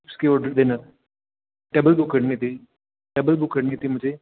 उसके ऑर्डर देना था टेबल बुक करनी थी टेबल बुक करनी थी मुझे